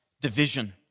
division